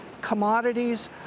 commodities